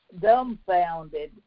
dumbfounded